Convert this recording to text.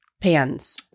pans